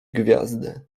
gwiazdy